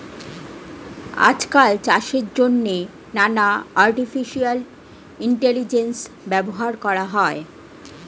আজকাল চাষের জন্যে নানান আর্টিফিশিয়াল ইন্টেলিজেন্স ব্যবহার করা হয়